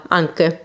anche